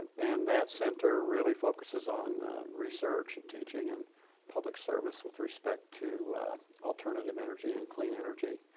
and that center really focuses on research and teaching and public service with respect to alternative energy and clean energy.